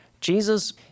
Jesus